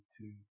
two